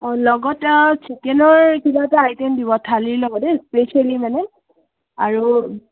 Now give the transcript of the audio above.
অঁ লগত চিকেনৰ কিবা এটা আইটেম দিব থালি ল'ব এই স্পেচিয়েলি মানে আৰু